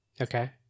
okay